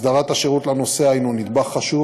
הסדרת השירות לנוסע הנה נדבך חשוב,